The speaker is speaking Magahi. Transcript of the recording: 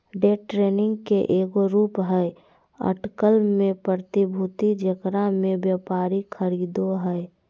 डे ट्रेडिंग के एगो रूप हइ अटकल में प्रतिभूति जेकरा में व्यापारी खरीदो हइ